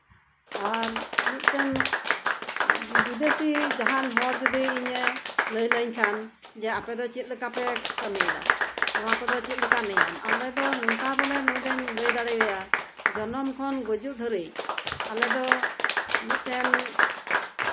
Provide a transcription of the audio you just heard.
ᱟᱨ ᱢᱤᱫᱴᱟᱱ ᱵᱤᱫᱮᱥᱤ ᱡᱟᱦᱟᱱ ᱦᱚᱲ ᱡᱚᱫᱤ ᱤᱧᱮ ᱞᱟᱹᱭ ᱞᱟᱹᱧ ᱠᱷᱟᱱ ᱟᱯᱮ ᱫᱚ ᱪᱮᱫ ᱞᱮᱠᱟᱯᱮ ᱠᱟᱹᱢᱤᱭᱮᱫᱟ ᱱᱚᱣᱟ ᱠᱚᱫᱚ ᱪᱮᱫ ᱞᱮᱠᱟᱱ ᱱᱤᱭᱚᱢ ᱟᱞᱮ ᱫᱚ ᱱᱚᱝᱠᱟ ᱵᱚᱞᱮ ᱱᱩᱭ ᱫᱚᱧ ᱞᱟᱹᱭ ᱫᱟᱲᱮ ᱟᱭᱟ ᱟᱞᱮ ᱫᱚ ᱡᱚᱱᱚᱢ ᱠᱷᱚᱱ ᱜᱩᱡᱩᱜ ᱦᱟᱹᱵᱤᱡ ᱢᱤᱫᱴᱮᱱ